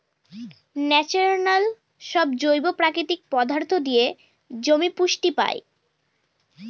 natural সব জৈব প্রাকৃতিক পদার্থ দিয়ে জমি পুষ্টি পায়